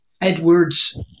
Edwards